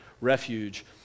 refuge